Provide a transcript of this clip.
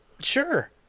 Sure